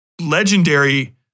legendary